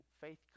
Faith